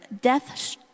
death